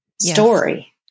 story